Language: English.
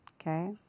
Okay